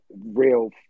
real